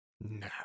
No